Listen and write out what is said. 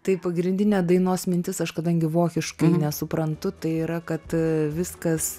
tai pagrindinė dainos mintis aš kadangi vokiškai nesuprantu tai yra kad viskas